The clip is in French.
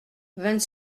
vingt